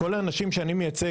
כל האנשים שאני מייצג,